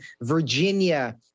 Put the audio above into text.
virginia